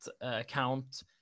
account